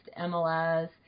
MLS